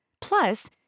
Plus